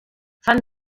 fan